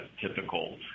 typical